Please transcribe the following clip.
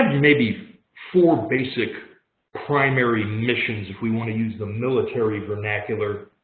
maybe four basic primary missions, if we want to use the military vernacular,